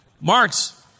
Mark's